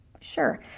sure